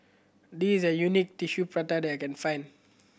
this is the best Tissue Prata that I can find